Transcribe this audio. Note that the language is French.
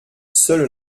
seule